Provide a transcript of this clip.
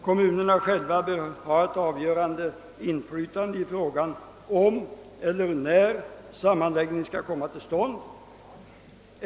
Kommunerna själva bör ha ett avgörande inflytande i frågan om eller när sammanläggning skall komma till stånd.